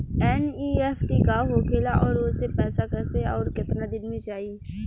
NEFT का होखेला और ओसे पैसा कैसे आउर केतना दिन मे जायी?